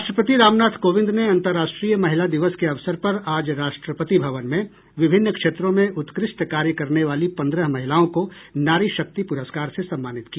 राष्ट्रपति रामनाथ कोविंद ने अंतर्राष्ट्रीय महिला दिवस के अवसर पर आज राष्ट्रपति भवन में विभिन्न क्षेत्रों में उत्कृष्ट कार्य करने वाली पंद्रह महिलाओं को नारी शक्ति प्रस्कार से सम्मानित किया